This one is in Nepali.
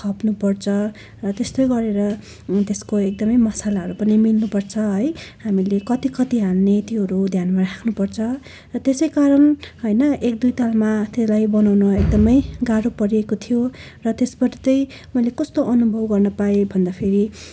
थप्नुपर्छ र त्यस्तै गरेर त्यसको एकदमै मसालाहरू पनि मिल्नुपर्छ है हामीले कति कति हाल्ने त्योहरू ध्यानमा राख्नुपर्छ र त्यसै कारण होइन एक दुई तालमा त्यसलाई बनाउनु गाह्रो परेको थियो र त्यसबाट त्यही मैले कस्तो अनुभव गर्नपाएँ भन्दाखेरि